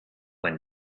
when